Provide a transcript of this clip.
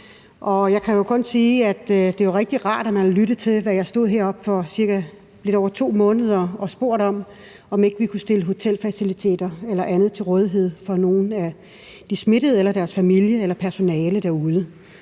Jeg kan jo kun sige, at det er rigtig rart, at man har lyttet til, hvad jeg stod heroppe for lidt over 2 måneder siden og spurgte om, nemlig om ikke vi kunne stille hotelfaciliteter eller andet til rådighed for nogle af de smittede eller deres familie eller personalet derude.